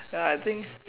ya I think